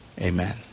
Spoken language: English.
amen